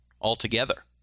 altogether